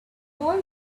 boy